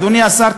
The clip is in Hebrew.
אדוני השר,